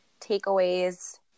takeaways